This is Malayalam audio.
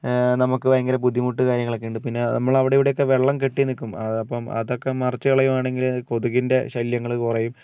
നമുക്ക് ഭയങ്കര ബുദ്ധിമുട്ട് കാര്യങ്ങളൊക്കേ ഉണ്ട് പിന്നേ നമ്മൾ അവിടേ ഇവിടെയൊക്കേ വെള്ളം കെട്ടി നിൽക്കും അപ്പം അതൊക്കേ മറിച്ചു കളയുകയാണെങ്കിൽ കൊതുകിൻ്റെ ശല്യങ്ങൾ കുറയും